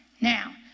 Now